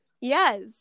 Yes